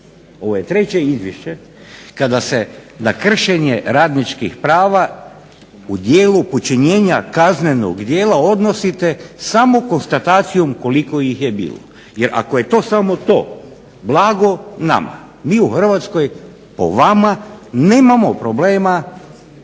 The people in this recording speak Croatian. Ovo je treće izvješće kada se na kršenje radničkih prava u dijelu počinjenja kaznenog djela odnosite samo konstatacijom koliko ih je bilo. Jer ako je to samo to, blago nama. Mi u Hrvatskoj po vama nemamo problema